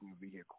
vehicle